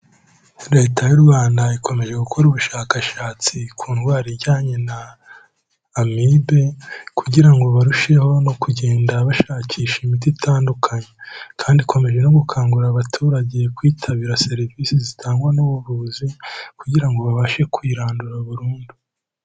Leta y'u Rwanda ikomeje gukora ubushakashatsi, ku ndwara ijyanye na amibe, kugira ngo barusheho no kugenda bashakisha imiti itandukanye. Kandi ikomeje no gukangurira abaturage kwitabira serivisi zitangwa n'ubuvuzi, kugira ngo babashe kuyirandura burundu.